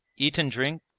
eat and drink,